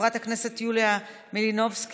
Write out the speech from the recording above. חברת הכנסת יוליה מלינובסקי,